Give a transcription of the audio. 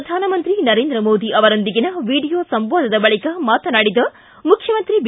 ಪ್ರಧಾನಮಂತ್ರಿ ನರೇಂದ್ರ ಮೋದಿ ಅವರೊಂದಿಗಿನ ವಿಡಿಯೊ ಸಂವಾದದ ಬಳಿಕ ಮಾತನಾಡಿದ ಮುಖ್ಯಮಂತ್ರಿ ಬಿ